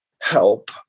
help